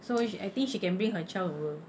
so if she I think she can bring her child over